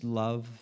love